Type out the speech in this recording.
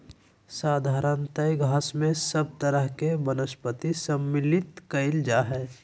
साधारणतय घास में सब तरह के वनस्पति सम्मिलित कइल जा हइ